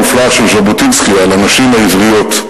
המופלא של ז'בוטינסקי על הנשים העבריות: